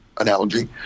analogy